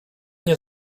nie